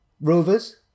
Rovers